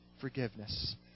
forgiveness